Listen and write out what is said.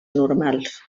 normals